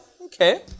okay